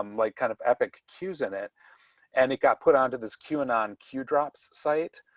um like kind of epic cues in it and it got put onto this queue and on cue drops site.